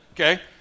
okay